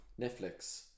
Netflix